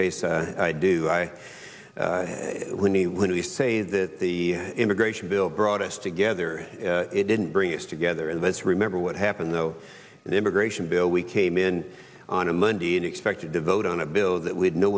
case i do i when he when we say that the immigration bill brought us together it didn't bring us together and let's remember what happened though the immigration bill we came in on a monday and expected to vote on a bill that would know